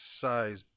size